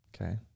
Okay